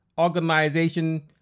organization